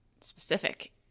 specific